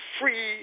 free